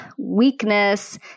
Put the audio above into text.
weakness